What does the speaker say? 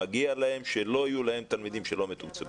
מגיע להם שלא יהיו להם תלמידים לא מתוקצבים.